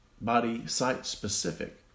body-site-specific